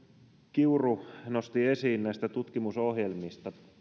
kiuru nosti esiin tutkimusohjelmat